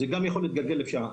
אבל זה גם יכול להתגלגל לשם.